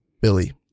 Billy